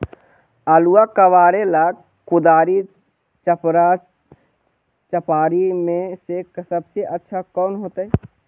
आलुआ कबारेला कुदारी, चपरा, चपारी में से सबसे अच्छा कौन होतई?